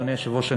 אדוני היושב-ראש,